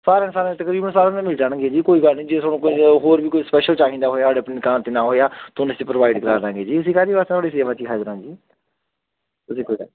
ਸਾਰਿਆਂ ਦੇ ਸਾਰੇ ਤਕਰੀਬਨ ਸਾਰਿਆਂ ਦੇ ਮਿਲ ਜਾਣਗੇ ਜੀ ਕੋਈ ਗੱਲ ਨਹੀਂ ਜੇ ਤੁਹਾਨੂੰ ਕੋਈ ਹੋਰ ਵੀ ਕੋਈ ਸਪੈਸ਼ਲ ਚਾਹੀਦਾ ਹੋਇਆ ਸਾਡੀ ਆਪਣੀ ਦੁਕਾਨ 'ਤੇ ਨਾ ਹੋਇਆ ਤੁਹਾਨੂੰ ਅਸੀਂ ਪ੍ਰੋਵਾਈਡ ਕਰਵਾ ਦੇਵਾਂਗੇ ਜੀ ਅਸੀਂ ਕਾਹਦੇ ਵਾਸਤੇ ਹਾਂ ਤੁਹਾਡੀ ਸੇਵਾ 'ਚ ਹਾਜ਼ਰ ਹਾਂ ਜੀ